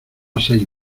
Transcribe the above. seis